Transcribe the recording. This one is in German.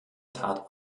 tat